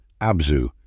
Abzu